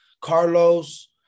Carlos